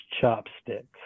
chopsticks